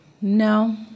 No